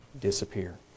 disappear